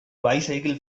bycicle